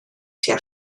tua